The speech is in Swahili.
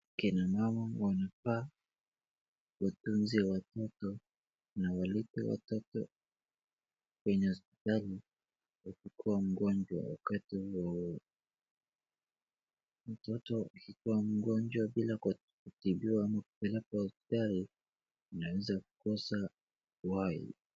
Kina mama wanafaa watunze watoto na walete watoto kwenye hospitali wanapokuwa mgonjwa wakati huo. Mtoto akikuwa mgonjwa bila kutibiwa au kupelekwa hospitalini anaweza kukosa uhai.